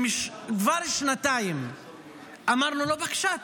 כבר שנתיים אמרנו לו: בבקשה,